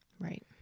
right